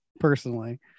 personally